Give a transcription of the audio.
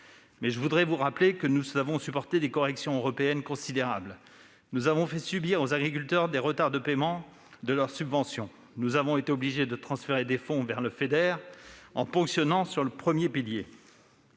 mais je vous rappelle que nous avons supporté des corrections européennes considérables, nous avons fait subir aux agriculteurs des retards de paiement de leurs subventions, nous avons été obligés de transférer des fonds vers le Fonds européen agricole pour le